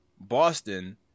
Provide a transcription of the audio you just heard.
Boston